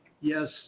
yes